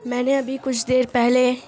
میں نے ابھی کچھ دیر پہلے